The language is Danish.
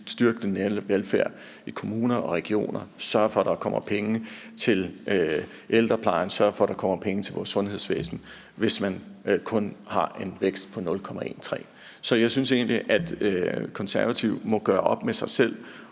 styrke den nære velfærd i kommuner og regioner og sørge for, at der kommer penge til ældreplejen og vores sundhedsvæsen, hvis man kun har en vækst på 0,13 pct. Så jeg synes egentlig, at Konservative må gøre op med sig selv,